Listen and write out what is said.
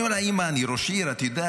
אני אומר לה: אימא, אני ראש עיר, את יודעת.